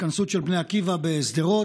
התכנסות של בני עקיבא בשדרות,